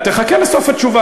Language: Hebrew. תחכה לסוף התשובה.